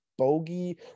bogey